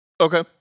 Okay